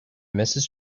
mrs